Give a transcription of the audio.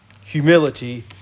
Humility